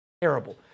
terrible